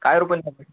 काय रुपये